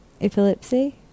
Epilepsy